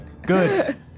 Good